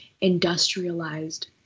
industrialized